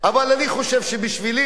אבל אני חושב שבשבילי,